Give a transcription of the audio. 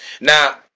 Now